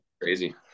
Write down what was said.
crazy